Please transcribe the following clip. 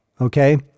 okay